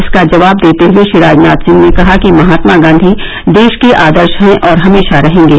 इसका जवाब देते हुए श्री राजनाथ सिंह ने कहा कि महात्मा गांधी देश के आदर्श हैं और हमेशा रहेंगे